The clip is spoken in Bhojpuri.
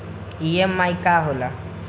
ई.एम.आई का होला?